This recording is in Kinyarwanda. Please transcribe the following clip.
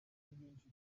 rwinshi